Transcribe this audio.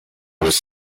was